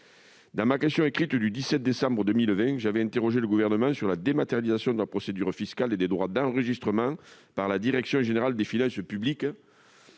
dans ma question écrite du 17 décembre 2020, ai-je interrogé le Gouvernement sur la dématérialisation de la procédure fiscale des droits d'enregistrement par la direction générale des finances publiques.